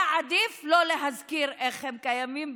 עדיף שלא להזכיר איך הן קיימות,